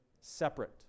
separate